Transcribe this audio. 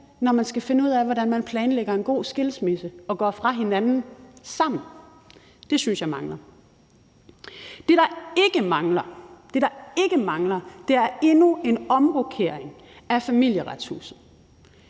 når man skal finde ud af, hvordan man planlægger en god skilsmisse og går fra hinanden sammen. Det synes jeg mangler. Det, der ikke mangler, er endnu en omrokering af Familieretshuset.